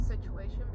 situation